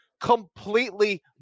completely